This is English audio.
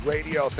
Radio